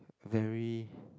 very